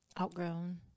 Outgrown